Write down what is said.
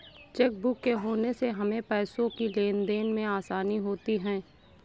chequebook के होने से हमें पैसों की लेनदेन में आसानी होती हैँ